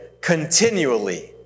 continually